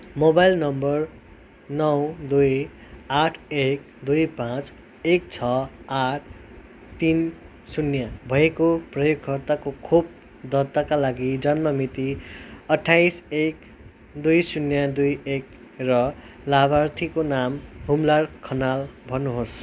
mobile number नौ दुई आठ एक दुई पाँच एक छ आठ तिन शून्य भएको प्रयोगकर्ताको खोप दर्ताका लागि जन्म मिति अट्ठाइस एक दुई शून्य दुई एक र लाभार्थीको नाम हुमलाल खनाल भर्नुहोस्